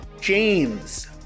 James